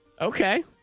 Okay